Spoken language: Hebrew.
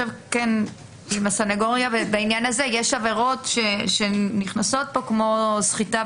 יש עבירות שנכנסות פה כמו סחיטה